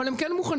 אבל הם כן מוכנים.